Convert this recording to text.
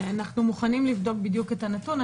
אנחנו מוכנים לבדוק בדיוק את הנתון.